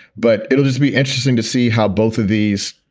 but it'll just be interesting to see how both of these,